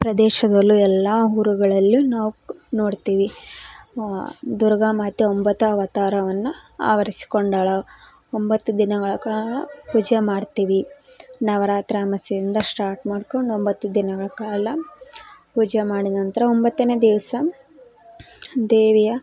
ಪ್ರದೇಶಗಳು ಎಲ್ಲ ಊರುಗಳಲ್ಲೂ ನಾವು ನೋಡ್ತೀವಿ ದುರ್ಗಾ ಮಾತೆ ಒಂಬತ್ತು ಅವತಾರವನ್ನು ಆವರ್ಸಿಕೊಂಡಾಳು ಒಂಬತ್ತು ದಿನಗಳ ಕಾಲ ವಿಜಯ ಮಾಡ್ತೀವಿ ನವರಾತ್ರಿ ಅಮಾಸ್ಯೆಯಿಂದ ಸ್ಟಾರ್ಟ್ ಮಾಡ್ಕೊಂಡು ಒಂಬತ್ತು ದಿನಗಳ ಕಾಲ ವಿಜಯ ಮಾಡಿದ ನಂತರ ಒಂಬತ್ತನೇ ದಿವಸ ದೇವಿಯ